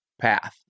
path